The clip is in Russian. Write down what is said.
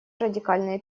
радикальные